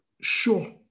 sure